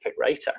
writer